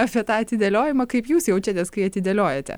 apie tą atidėliojimą kaip jūs jaučiatės kai atidėliojate